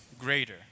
greater